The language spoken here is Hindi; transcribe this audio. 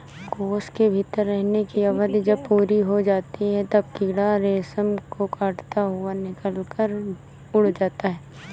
कोश के भीतर रहने की अवधि जब पूरी हो जाती है, तब कीड़ा रेशम को काटता हुआ निकलकर उड़ जाता है